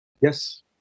Yes